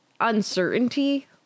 uncertainty